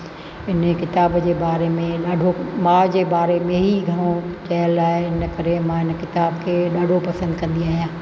इन किताब जे बारे में ॾाढो माउ जे बारे में ई घणो चहलाए न करे मां इन किताब खे ॾाढो पसंदि कंदी आहियां